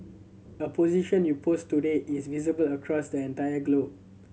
a position you post today is visible across the entire globe